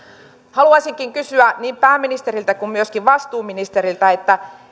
haluaisinkin kysyä niin pääministeriltä kuin myöskin vastuuministeriltä